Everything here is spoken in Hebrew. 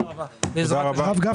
הרב גפני,